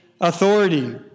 authority